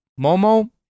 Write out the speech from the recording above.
Momo